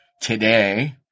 today